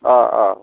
आ आ